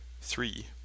three